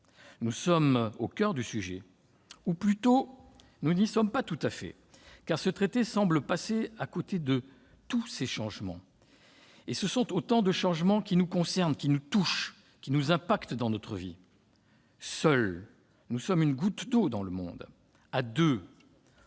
nous sommes au coeur du sujet ! Ou plutôt, nous n'y sommes pas tout à fait, car ce traité semble passer à côté de tous ces changements, autant de changements qui nous concernent, qui nous touchent, qui impactent nos vies. Seuls, nous sommes une goutte d'eau dans le monde ; à deux,